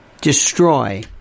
destroy